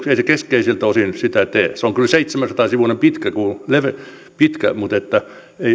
ei se keskeisiltä osin sitä tee se on kyllä seitsemänsataa sivua pitkä mutta